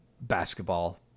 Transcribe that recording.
basketball